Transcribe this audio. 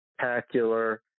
spectacular